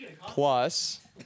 Plus